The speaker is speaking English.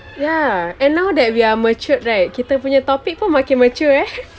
ya and now that we are matured right kita punya topic pun makin mature eh